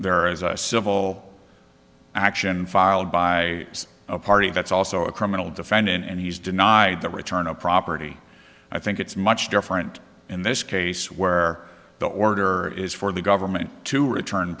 there is a civil action filed by a party that's also a criminal defendant and he's denied the return of property i think it's much different in this case where the order is for the government to return